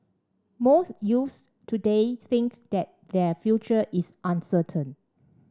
most youths today think that their future is uncertain